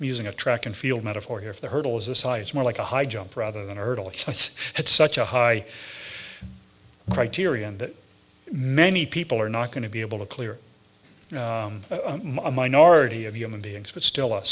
using a track and field metaphor here if the hurdles aside it's more like a high jump rather than hurdle it's at such a high criterion that many people are not going to be able to clear a minority of human beings but still a